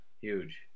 huge